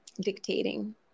Dictating